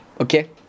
Okay